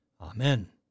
Amen